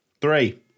Three